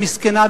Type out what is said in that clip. מסכנה,